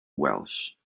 welsh